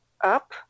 up